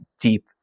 deep